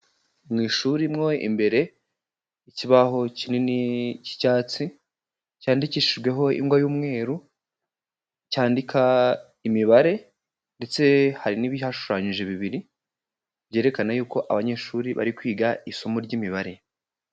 Mu ishuri mo imbere, ikibaho kinini k'icyatsi cyandikishijweho ingwa y'umweru, cyandika imibare ndetse hari n'ibihashushanyije bibiri, byerekana yuko abanyeshuri bari kwiga isomo ry'imibare.